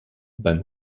beim